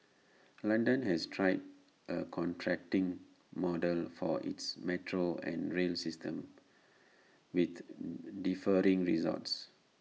London has tried A contracting model for its metro and rail system with differing results